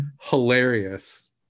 hilarious